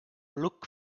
look